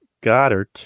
Goddard